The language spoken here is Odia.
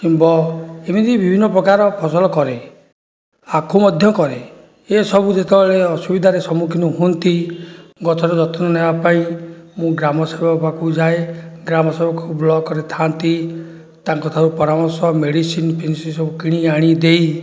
ଶିମ୍ବ ଏମିତି ବିଭିନ୍ନପ୍ରକାର ଫସଲ କରେ ଆଖୁ ମଧ୍ୟ କରେ ଏସବୁ ଯେତେବେଳେ ଅସୁବିଧାରେ ସମ୍ମୁଖୀନ ହୁଅନ୍ତି ଗଛର ଯତ୍ନ ନେବା ପାଇଁ ମୁଁ ଗ୍ରାମସେବକ ପାଖକୁ ଯାଏ ଗ୍ରାମସେବକ ବ୍ଲକ୍ରେ ଥାଆନ୍ତି ତାଙ୍କଠାରୁ ପରାମର୍ଶ ମେଡ଼ିସିନ ଫେଡ଼ିସିନ ସବୁ କିଣିକି ଆଣି ଦେଇ